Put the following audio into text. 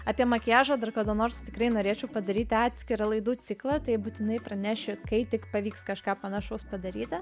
apie makiažą dar kada nors tikrai norėčiau padaryti atskirą laidų ciklą tai būtinai pranešiu kai tik pavyks kažką panašaus padaryti